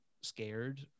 scared